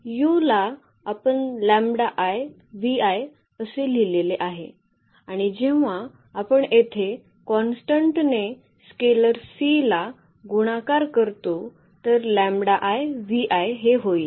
ला आपण असे लिहिलेले आहे आणि जेव्हा आपण येथे कॉन्स्टंट ने स्केलर ला गुणाकार करतो तर हे होईल